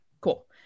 cool